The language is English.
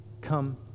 come